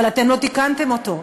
אבל לא תיקנתם אותו,